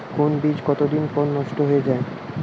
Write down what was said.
কোন বীজ কতদিন পর নষ্ট হয়ে য়ায়?